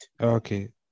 Okay